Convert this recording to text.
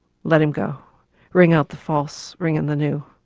let him go ring out the false, ring in the new.